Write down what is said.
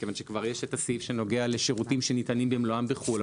מכיוון שיש כבר את הסעיף שנוגע לשירותים שניתנים במלואם בחו"ל,